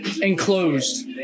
Enclosed